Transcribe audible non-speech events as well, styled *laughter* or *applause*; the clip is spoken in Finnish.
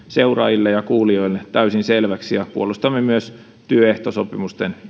*unintelligible* seuraajille ja kuulijoille täysin selväksi puolustamme myös työehtosopimusten